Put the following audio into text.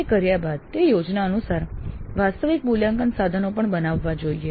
તે કર્યા બાદ તે યોજના અનુસાર વાસ્તવિક મૂલ્યાંકન સાધનો પણ બનાવવા જોઈએ